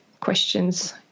questions